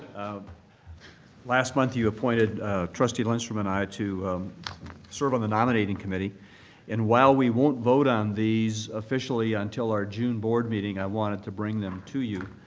um last month you appointed trustee lindstrom and i to serve on the nominating committee and while we won't vote on these officially until our june board meeting, i wanted to bring them to you.